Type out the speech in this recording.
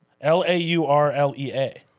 L-A-U-R-L-E-A